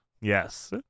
Yes